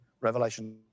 Revelation